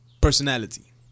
personality